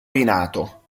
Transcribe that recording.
rinato